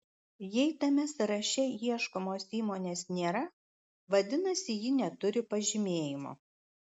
jei tame sąraše ieškomos įmonės nėra vadinasi ji neturi pažymėjimo